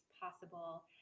possible